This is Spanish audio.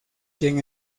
quien